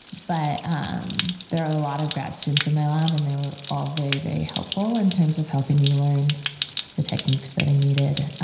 but um there are a lot of grad students in my lab and they were all very, very helpful in terms of helping me learn the techniques that i needed.